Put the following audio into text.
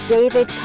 David